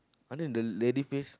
other than the lady please